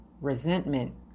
resentment